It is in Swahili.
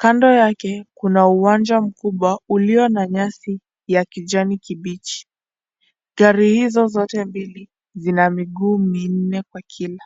Kando yake kuna uwanja mkubwa ulio na nyasi ya kijani kibichi. Gari hizo zote mbili, zina miguu minne kwa kila.